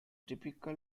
typical